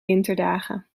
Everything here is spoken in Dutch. winterdagen